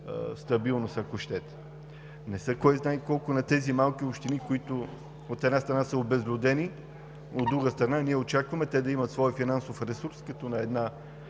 стабилност, ако щете. Не са кой знае колко тези малки общини, които, от една страна, са обезлюдени, от друга страна, ние очакваме те да имат своя финансов ресурс като една